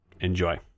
enjoy